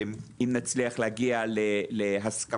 אם נצליח להגיע להסכמה,